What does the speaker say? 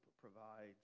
provides